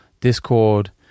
Discord